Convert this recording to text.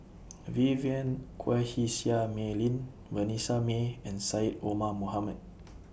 Vivien Quahe Seah Mei Lin Vanessa Mae and Syed Omar Mohamed